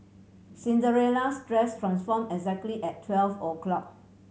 Cinderella's dress transform exactly at twelve o' clock